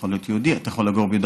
אתה יכול להיות בימין,